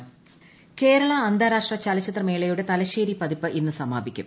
IFF K Kerala അന്താരാഷ്ട്ര ചലച്ചിത്രമേളയുടെ തലശ്ശേരി പതിപ്പ് ഇന്ന് സമാപിക്കും